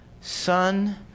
son